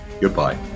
Goodbye